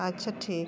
ᱟᱪᱪᱷᱟ ᱴᱷᱤᱠ